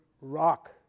rock